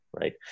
right